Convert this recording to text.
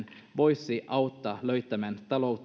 voisi auttaa löytämään taloutta tukevia